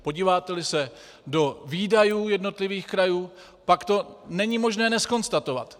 Podíváteli se do výdajů jednotlivých krajů, tak to není možné nezkonstatovat.